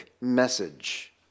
message